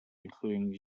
including